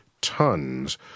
tons